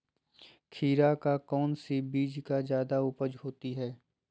खीरा का कौन सी बीज का जयादा उपज होती है?